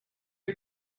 are